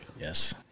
yes